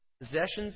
possessions